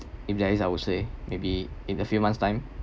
if there is I would say maybe in a few months time